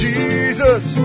Jesus